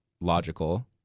logical